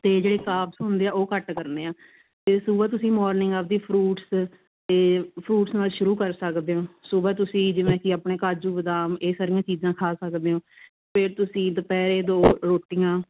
ਅਤੇ ਜਿਹੜੇ ਕਾਰਬਸ ਹੁੰਦੇ ਹੈ ਉਹ ਘੱਟ ਕਰਨੇ ਹੈ ਅਤੇ ਸੁਬਾਹ ਤੁਸੀਂ ਮੋਰਨਿੰਗ ਆਪਦੀ ਫਰੂਟਸ ਅਤੇ ਫਰੂਟਸ ਨਾਲ ਸ਼ੁਰੂ ਕਰ ਸਕਦੇ ਓਂ ਸੁਬਾਹ ਤੁਸੀਂ ਜਿਵੇਂ ਕਿ ਆਪਣੇ ਕਾਜੂ ਬਦਾਮ ਇਹ ਸਾਰੀਆਂ ਚੀਜ਼ਾਂ ਖਾ ਸਕਦੇ ਓਂ ਅਤੇ ਤੁਸੀਂ ਦੁਪਹਿਰੇ ਦੋ ਰੋਟੀਆਂ